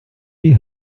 die